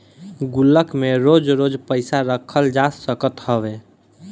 गुल्लक में रोज रोज पईसा रखल जा सकत हवे